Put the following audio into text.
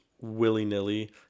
willy-nilly